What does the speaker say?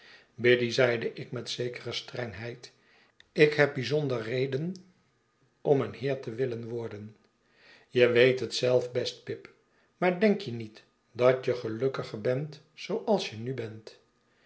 biddy zeide ik met zekere strengheid ik beb bijzondere redenen om een beer te willen worden je weet het zelf best pip maar denk je niet dat je gelukkigger bent zooalsje nu bent